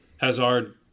Hazard